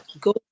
go